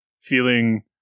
feeling